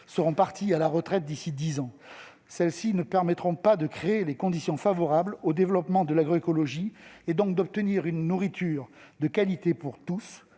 seront partis à la retraite d'ici à dix ans. Cela ne permettra pas de créer les conditions favorables au développement de l'agroécologie, donc d'obtenir une nourriture de qualité pour tous,